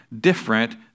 different